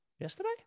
yesterday